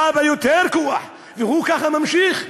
בא ביותר כוח, והוא ככה ממשיך.